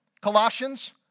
Colossians